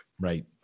right